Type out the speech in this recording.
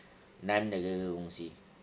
line 的那个东西